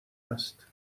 است